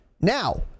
Now